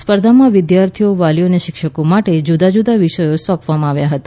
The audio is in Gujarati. સ્પર્ધામાં વિદ્યાર્થીઓ વાલીઓ અને શિક્ષકો માટે જુદા જુદા વિષયો સોંપવામાં આવ્યા હતા